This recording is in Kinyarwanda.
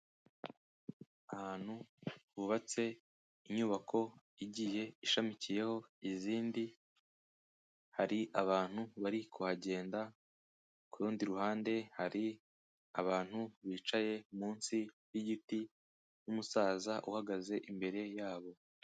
Ahantu hubatse inyubako igiye ishamikiyeho izindi, hari abantu bari kuhagenda, ku rundi ruhande hari abantu bicaye munsi y'igiti, n'umusaza uhagaze imbere yabo.